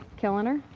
killing her?